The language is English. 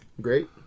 Great